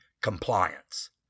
compliance